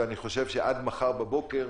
ואני חושב שעד מחר בבוקר,